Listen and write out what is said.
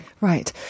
right